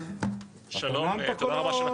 מכון התקנים,